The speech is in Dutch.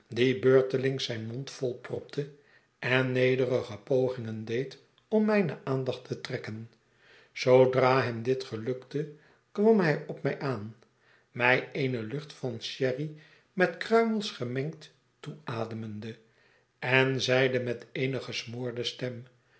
beurtelings zijn mond volpropte en nederige pogingen deed om mijne aandacht te trekken zoodra hem dit gelukte kwam hij op mij aan mij eene lucht van sherry met kruimels gemengd toeademende en zeide met eene gesmoorde stem